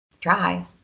Try